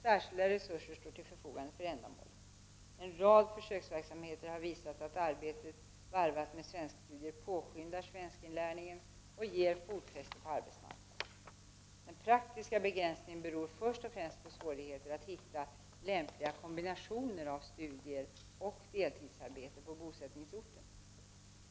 Särskilda resurser står till förfogande för ändamålet. En rad försöksverksamheter har visat att arbete varvat med svenskstudier påskyndar svenskinlärningen och ger ett fotfäste på arbetsmarknaden. Den praktiska begränsningen beror först och främst på svårigheter att hitta lämpliga kombinationer av studier och deltidsarbeten på bosättningsorten.